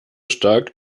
stark